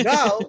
Now